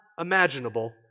imaginable